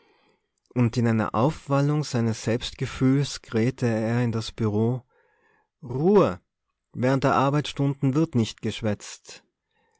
und in einer aufwallung seines selbstgefühls krähte er in das bureau ruhe während der arbeitsstunden wird nicht geschwätzt